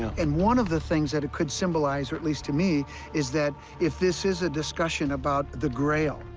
and one of the things that it could symbolize or at least to me is that if this is a discussion about the grail,